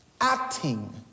acting